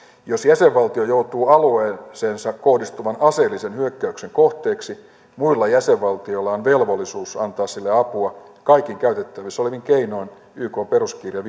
jos jäsenvaltio joutuu alueeseensa kohdistuvan aseellisen hyökkäyksen kohteeksi muilla jäsenvaltioilla on velvollisuus antaa sille apua kaikin käytettävissään olevin keinoin ykn peruskirjan